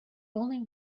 only